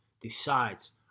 decides